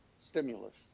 stimulus